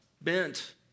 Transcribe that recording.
bent